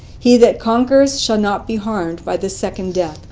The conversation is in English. he that conquers shall not be harmed by the second death.